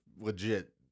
legit